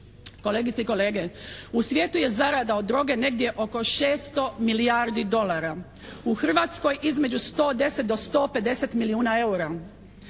Kolegice i kolege, u svijetu je zarada od droge negdje oko 600 milijardi dolara. U Hrvatskoj između 110 do 150 milijuna eura.